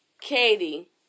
Katie